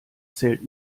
zählt